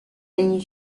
and